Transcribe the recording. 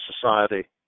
society